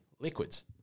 liquids